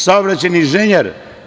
Saobraćajni inženjer?